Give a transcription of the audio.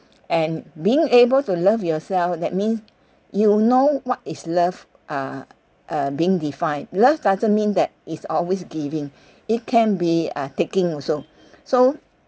and being able to love yourself that means you know what is love uh uh being defined love doesn't mean that it's always giving it can be uh taking also so